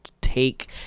take